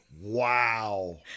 Wow